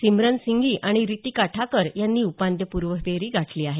सिमरन सिंघी आणि रितिका ठाकर यांनी उपांत्यपूर्वफेरी गाठ्ली आहे